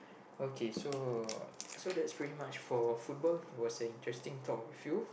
okay so so that's pretty much for football it was an interesting talk with you